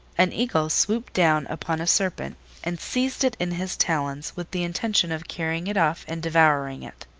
an eagle swooped down upon a serpent and seized it in his talons with the intention of carrying it off and devouring it.